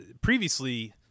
previously